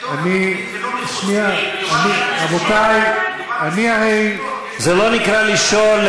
זה לא נקרא לשאול,